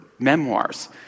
memoirs